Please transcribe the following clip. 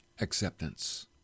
Acceptance